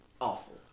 awful